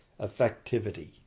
effectivity